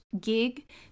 gig